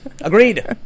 Agreed